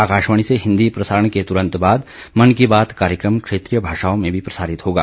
आकाशवाणी से हिन्दी प्रसारण के तुरंत बाद मन की बात कार्यक्रम क्षेत्रीय भाषाओं में भी प्रसारित होगा